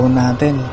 natin